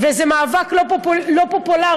וזה מאבק לא פופולרי,